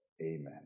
amen